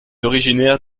originaire